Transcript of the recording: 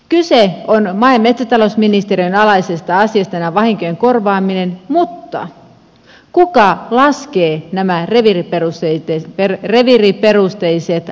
kyse on maa ja metsätalousministeriön alaisesta asiasta näiden vahinkojen korvaamisesta mutta kuka laskee nämä reviiriperusteiset ahmat